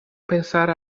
pensare